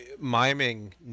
miming